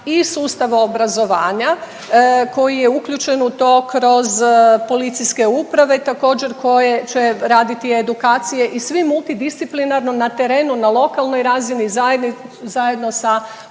i sustav obrazovanja koji je uključen u to kroz policijske uprave također koje će raditi edukacije i svi multidisciplinarno na terenu na lokalnoj razini zajedno sa učenicima